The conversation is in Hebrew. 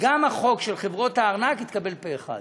גם החוק של חברות הארנק התקבל פה-אחד,